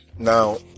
Now